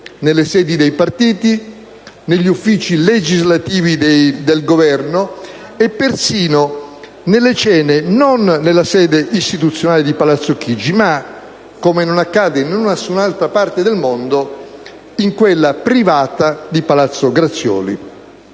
nelle sedi dei partiti, negli uffici legislativi del Governo e persino nelle cene non nella sede istituzionale di palazzo Chigi, ma, come non accade in nessuna altra parte del mondo, in quella privata di palazzo Grazioli.